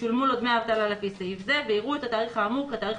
ישולמו לו דמי אבטלה לפי סעיף זה ויראו את התאריך האמור כתאריך